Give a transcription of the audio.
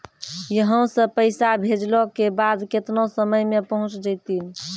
यहां सा पैसा भेजलो के बाद केतना समय मे पहुंच जैतीन?